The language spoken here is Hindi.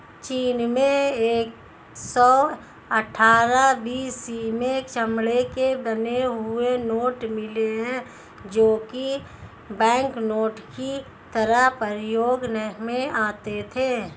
चीन में एक सौ अठ्ठारह बी.सी में चमड़े के बने हुए नोट मिले है जो की बैंकनोट की तरह प्रयोग में आते थे